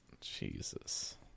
Jesus